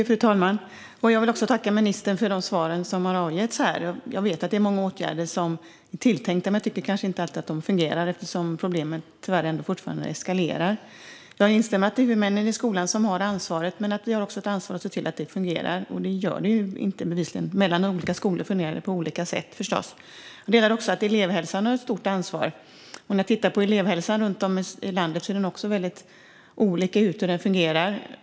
Fru talman! Jag vill också tacka ministern för de svar som hon har gett här. Det är många åtgärder som har vidtagits, men jag tycker inte att de alltid fungerar eftersom problemen tyvärr fortfarande eskalerar. Jag instämmer i att det är huvudmännen i skolan som har ansvaret. Men vi har också ett ansvar att se till att det fungerar, men det gör det bevisligen inte. Det fungerar förstås på olika sätt i olika skolor. Jag delar också uppfattningen att elevhälsan har ett stort ansvar. Det ser också väldigt olika ut när det gäller hur elevhälsan runt om i landet fungerar.